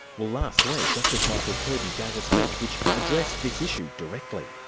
well last week, justice michael kirby gave a speech which addressed this issue directly.